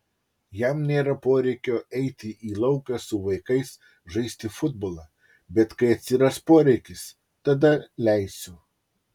jam nėra poreikio eiti į lauką su vaikais žaisti futbolą bet kai atsiras poreikis tada leisiu